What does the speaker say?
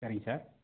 சரிங்க சார்